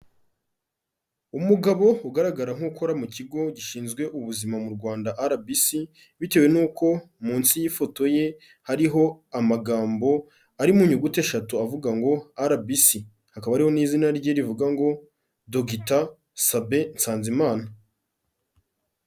Umugabo ugaragara nk'ukora mu kigo gishinzwe ubuzima mu Rwanda RBC, bitewe n'uko munsi y'ifoto ye hariho amagambo ari mu nyuguti eshatu avuga ngo RBC. Hakaba hariro n'izina rye rivuga ngo dogita Sabin Nsanzimana.